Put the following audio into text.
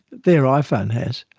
their iphone has.